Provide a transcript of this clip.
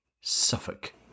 Suffolk